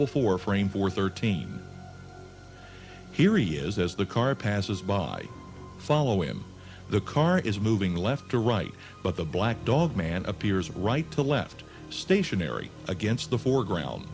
before frame four thirteen here he is as the car passes by follow him the car is moving left or right but the black dog man appears right to left stationary against the foreground